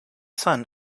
son